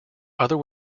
other